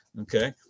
Okay